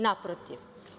Naprotiv.